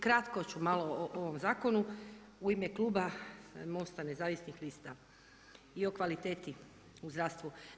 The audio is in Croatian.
Kratko ću malo o ovom zakonu u ime Kluba Mosta nezavisnih lista i o kvalitetu u zdravstvu.